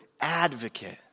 advocate